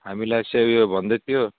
हामीलाई चाहिँ उयो भन्दै थियो